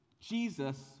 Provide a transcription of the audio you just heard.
Jesus